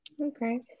Okay